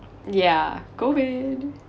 yeah go ahead